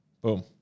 Boom